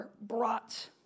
brought